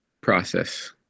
process